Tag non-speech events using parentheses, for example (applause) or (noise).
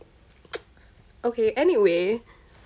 (noise) okay anyway